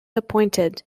appointed